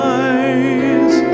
eyes